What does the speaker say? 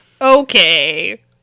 okay